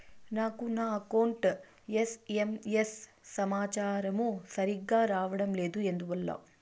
నాకు నా account SMS సమాచారము సరిగ్గా రావడం లేదు ఎందువల్ల?